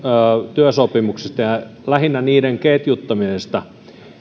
työsopimuksissa ja lähinnä niiden ketjuttamisessa